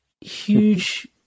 huge